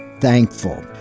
thankful